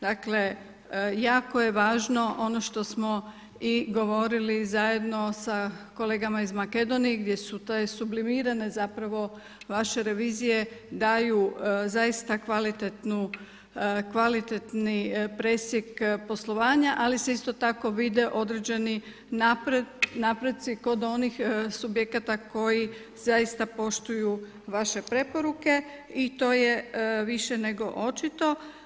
Dakle jako je važno i ono što smo govorili zajedno sa kolegama iz Makedonije gdje su tj. sublimirane vaše revizije daju zaista kvalitetni presjek poslovanja, ali se isto tako vide određeni napredci kod onih subjekata koji zaista poštuju vaše preporuke i to je više nego očito.